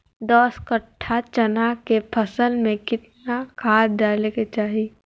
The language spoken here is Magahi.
दस कट्ठा चना के फसल में कितना खाद डालें के चाहि?